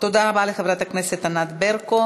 תודה רבה לחברת הכנסת ענת ברקו.